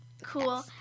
cool